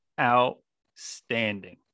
outstanding